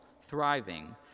thriving